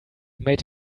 made